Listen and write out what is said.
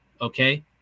okay